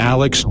Alex